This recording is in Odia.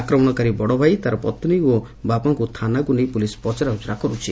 ଆକ୍ରମଣକାରୀ ବଡ଼ଭାଇ ତା'ର ପତ୍ନୀ ଓ ବାପାଙ୍କୁ ଥାନାକୁ ନେଇ ପୁଲିସ୍ ପଚରାଉଚରା କରୁଛି